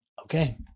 Okay